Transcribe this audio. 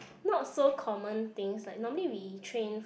not so common things like normally we train